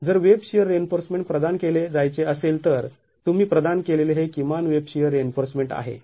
जर web shear reinforcement प्रदान केले जायचे असेल तर तुम्ही प्रदान केलेले हे किमान वेब शिअर रिइन्फोर्समेंट आहे